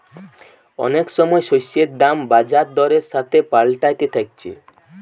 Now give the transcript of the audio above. অনেক সময় শস্যের দাম বাজার দরের সাথে পাল্টাতে থাকছে